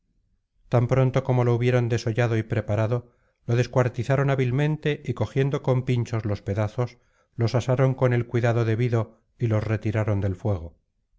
tan pronto como lo hubieron desollado y preparado lo descuartizaron hábilmente y cogiendo con pinchos los pedazos los asaron con el cuidado debido y los retiraron del fuego